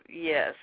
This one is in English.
Yes